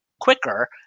quicker